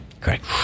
Correct